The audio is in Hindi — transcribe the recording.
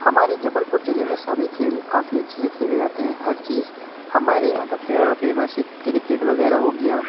हमारे जबलपुर जिले में सभी खेल काफ़ी अच्छे से खेले जाते हैं हर चीज़ हमारे यहाँ सबसे ज़्यादा फेमस क्रिकेट वगैरह हो गया